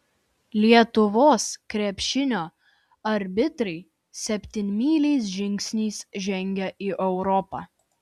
lietuvos krepšinio arbitrai septynmyliais žingsniais žengia į europą